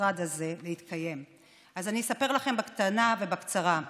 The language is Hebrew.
המשרד הזה, אז אני אספר לכם בקטנה ובקצרה: